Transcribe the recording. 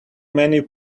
many